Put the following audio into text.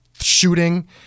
shooting